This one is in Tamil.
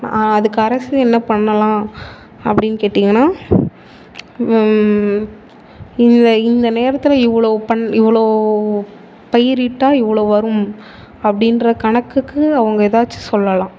அதுக்கு அரசு என்ன பண்ணலாம் அப்படின்னு கேட்டிங்கன்னால் இந்த இந்த நேரத்தில் இவ்வளோ பண் இவ்வளோ பயிரிட்டால் இவ்வளோ வரும் அப்படின்ற கணக்குக்கு அவங்க ஏதாச்சும் சொல்லலாம்